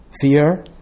fear